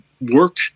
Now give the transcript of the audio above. work